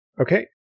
okay